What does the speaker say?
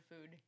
food